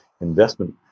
investment